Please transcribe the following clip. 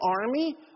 army